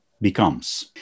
becomes